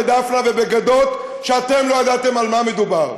בדפנה ובגדות כשאתם לא ידעתם על מה מדובר.